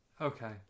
Okay